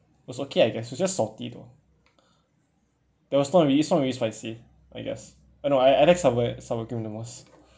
was okay I guess it was just salty though there was not really it's not really spicy I guess uh no I I like sour sour cream the most